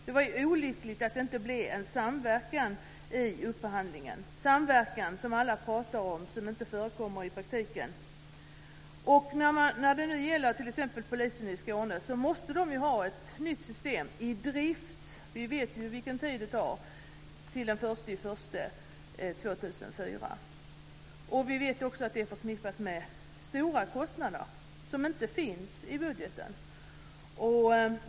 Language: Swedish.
Det var olyckligt att det inte blev en samverkan i upphandlingen. Alla talar om samverkan, men den förekommer inte i praktiken. T.ex. polisen i Skåne måste ha ett nytt system i drift till den 1 januari 2004, och vi vet ju vilken tid det tar. Vi vet också att detta är förknippat med stora kostnader, men dessa pengar finns inte i budgeten.